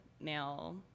male